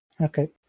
Okay